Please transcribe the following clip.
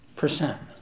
percent